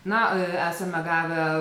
na esame gavę